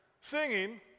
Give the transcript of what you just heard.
singing